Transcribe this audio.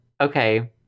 okay